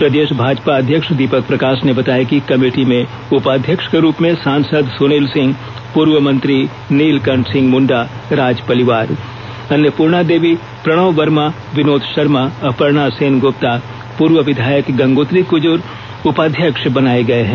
प्रदेष भाजपा अध्यक्ष दीपक प्रकाष ने बताया कि कमेटी में उपाध्यक्ष के रूप में सांसद सुनील सिंह पूर्व मंत्री नीलकंठ सिंह मुंडा राज पलिवार अन्नपूर्णा देवी प्रणव वर्मा विनोद शर्मा अर्पणा सेनगुप्ता पूर्व विधायक गंगोत्री कुजूर उपाध्यक्ष बनाए गए हैं